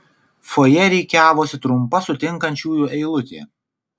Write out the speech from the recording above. fojė rikiavosi trumpa sutinkančiųjų eilutė